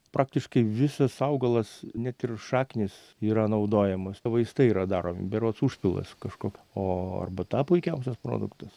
praktiškai visas augalas net ir šaknys yra naudojamos vaistai yra daromi berods užpilas kažkoks o arbata puikiausias produktas